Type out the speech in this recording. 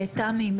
תמי,